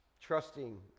trusting